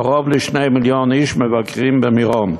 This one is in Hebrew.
קרוב ל-2 מיליון איש מבקרים במירון.